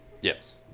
yes